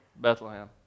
Bethlehem